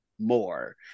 more